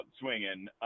swinging